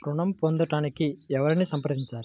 ఋణం పొందటానికి ఎవరిని సంప్రదించాలి?